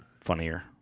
Funnier